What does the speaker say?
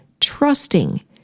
trusting